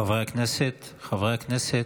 חברי הכנסת,